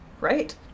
Right